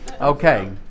Okay